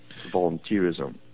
volunteerism